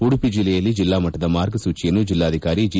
ಉಡುಪಿ ಜಿಲ್ಲೆಯಲ್ಲಿ ಜಿಲ್ಲಾಮಟ್ಟದ ಮಾರ್ಗಸೂಜಿಯನ್ನು ಜಿಲ್ಲಾಧಿಕಾರಿ ಜಿ